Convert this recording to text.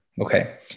Okay